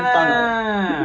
你懂有些人 hor